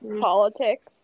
Politics